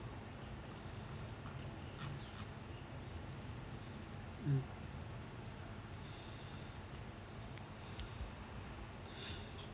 mm